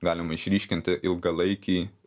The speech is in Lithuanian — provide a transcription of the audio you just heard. galima išryškinti ilgalaikį